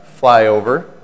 flyover